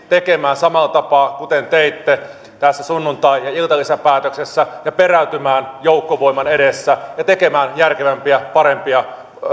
tekemään samalla tapaa kuten teitte tässä sunnuntai ja iltalisäpäätöksessä ja perääntymään joukkovoiman edessä ja tekemään järkevämpiä parempia